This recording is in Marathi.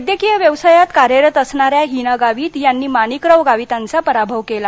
वैद्यकीय व्यवसायात कार्यरत असणाऱ्या हीना गावित यांनी माणिकराव गावितांचा पराभव केला